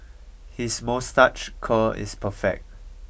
his moustache curl is perfect